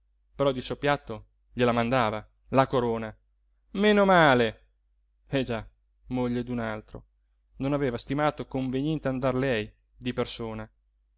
però di soppiatto gliela mandava la corona meno male eh già moglie d'un altro non aveva stimato conveniente andar lei di persona